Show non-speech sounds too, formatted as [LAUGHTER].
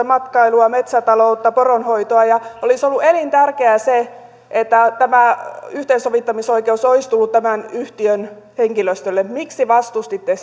[UNINTELLIGIBLE] matkailua metsätaloutta poronhoitoa ja olisi ollut elintärkeää se että tämä yhteensovittamisoikeus olisi tullut tämän yhtiön henkilöstölle miksi vastustitte [UNINTELLIGIBLE]